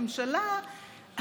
השמצות אצלכם בבית.